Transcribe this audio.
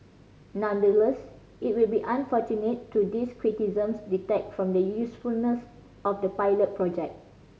nonetheless it will be unfortunate to these criticisms detract from the usefulness of the pilot project